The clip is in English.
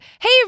Hey